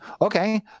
Okay